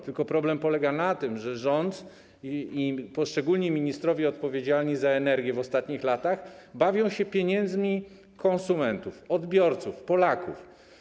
Tylko problem polega na tym, że rząd i poszczególni ministrowie odpowiedzialni w ostatnich latach za energię bawią się pieniędzmi konsumentów, odbiorców, Polaków.